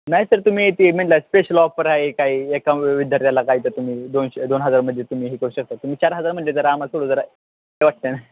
नाही सर तुम्ही ती म्हटलं स्पेशल ऑफर आहे काही एका विद्यार्थ्याला काय तर तुम्ही दोनशे दोन हजारमध्ये तुम्ही हे करू शकता तुम्ही चार हजार मजे जरा आम्हाला थोडं जरा हे वाटते ना